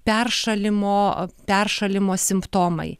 peršalimo peršalimo simptomai